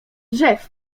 drzew